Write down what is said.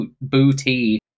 booty